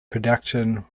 production